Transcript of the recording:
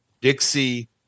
Dixie